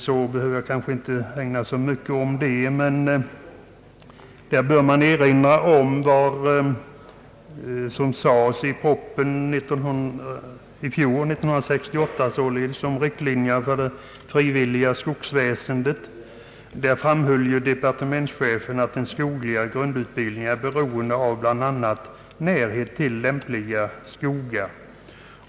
Jag vill dock erinra om vad som stod att läsa i den år 1968 framlagda propositionen om riktlinjerna för det frivilliga skolväsendet. Där framhöll departementschefen att den skogliga grundutbildningen är beroende av bl.a. närhet till lämpliga skogar.